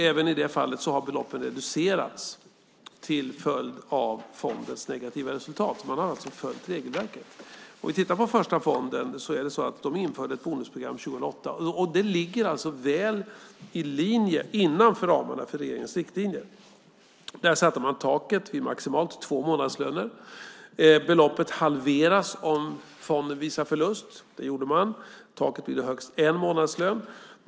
Även i det fallet har beloppen reducerats till följd av fondens negativa resultat. Man har alltså följt regelverket. Om vi tittar på Första AP-fonden kan vi se att de införde ett bonusprogram 2008, och det ligger alltså väl innanför ramarna för regeringens riktlinjer. Där satte man taket vid maximalt två månadslöner. Beloppet halveras om fonden visar förlust. Det gjorde man. Taket blir då högst en månadslön.